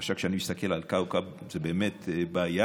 למשל, כשאני מסתכל על כאוכב, זו באמת בעיה.